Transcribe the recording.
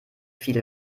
viel